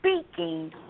speaking